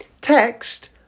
text